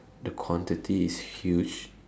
the quantity is huge